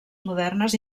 modernes